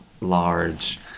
large